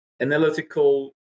analytical